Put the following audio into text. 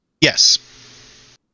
Yes